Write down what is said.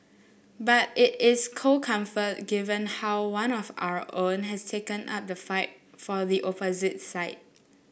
but it is cold comfort given how one of our own has taken up the fight for the opposite side